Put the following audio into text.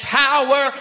power